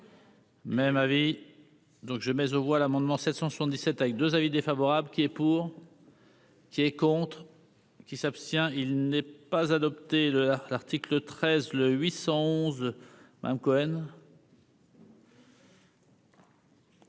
même avis. Donc je mais aux voix l'amendement 777 avec 2 avis défavorable qui est pour. Qui est contre. Qui s'abstient, il n'est pas adopté à l'article 13 le 811 1 Cohen.